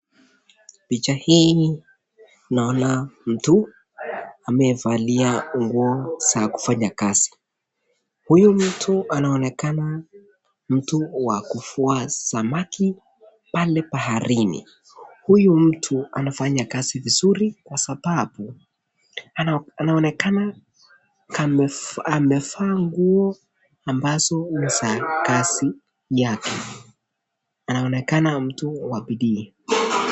Picha hii naona mtu amevalia nguo za kufanya kazi. Huyu mtu anaonekana mtu wa kuvua samaki pale baharini. Huyu mtu anafanya kazi vizuri kwa sababu anaonekana amevaa nguo ambazo ni za kazi yake. Anaonekana mtu wa bidii.